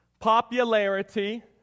popularity